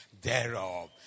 thereof